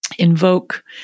Invoke